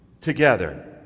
together